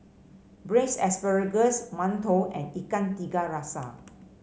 Braised Asparagus mantou and Ikan Tiga Rasa